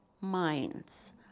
minds